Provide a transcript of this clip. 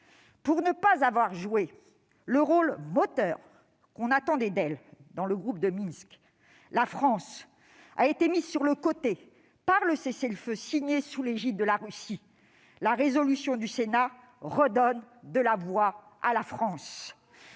Pour ne pas avoir joué le rôle moteur qu'on attendait d'elle dans le groupe de Minsk, la France a été mise sur le côté par le cessez-le-feu signé sous l'égide de la Russie. La résolution du Sénat redonne de la voix à la France.